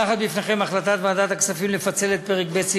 מונחת בפניכם החלטת ועדת הכספים לפצל את פרק ב',